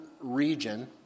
region